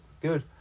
good